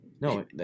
No